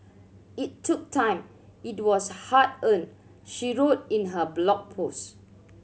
it took time it was hard earned she wrote in her blog post